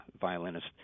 violinist